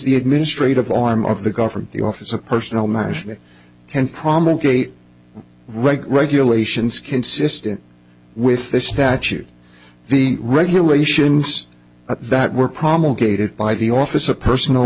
the administrative arm of the government the office of personnel management can promulgated regulations consistent with the statute the regulations that were promulgated by the office of person